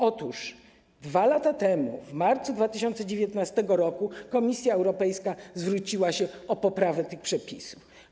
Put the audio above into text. Otóż 2 lata temu, w marcu 2019 r., Komisja Europejska zwróciła się o poprawę tych przepisów.